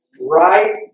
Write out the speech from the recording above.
right